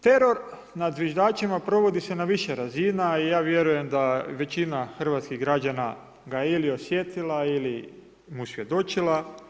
Teror nad zviždačima provodi se na više razina i ja vjerujem da većina hrvatskih građana ga ili osjetila ili mu svjedočila.